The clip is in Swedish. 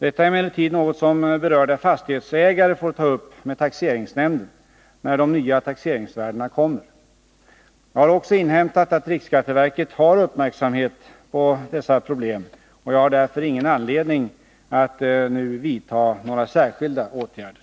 Detta är emellertid något som berörda fastighetsägare får ta upp med taxeringsnämnden när de nya taxeringsvärdena kommer. Jag har också inhämtat att riksskatteverket har uppmärksammat dessa problem, och jag har därför ingen anledning att nu vidta några särskilda åtgärder.